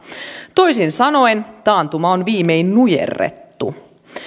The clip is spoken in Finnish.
toisin sanoen taantuma on viimein nujerrettu